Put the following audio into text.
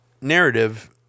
narrative